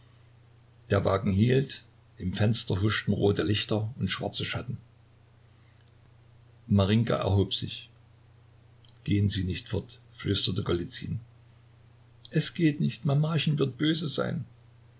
der wagen hielt im fenster huschten rote lichter und schwarze schatten marinjka erhob sich gehen sie nicht fort flüsterte golizyn es geht nicht mamachen wird böse sein